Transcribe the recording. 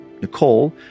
Nicole